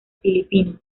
filipinas